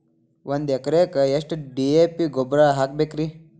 ಒಂದು ಎಕರೆಕ್ಕ ಎಷ್ಟ ಡಿ.ಎ.ಪಿ ಗೊಬ್ಬರ ಹಾಕಬೇಕ್ರಿ?